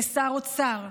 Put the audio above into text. כשר אוצר,